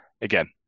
again